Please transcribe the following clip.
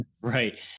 Right